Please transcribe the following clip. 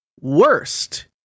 Worst